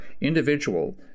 individual